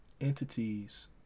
entities